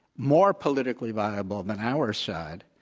more politically viable than our side,